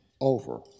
over